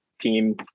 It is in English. team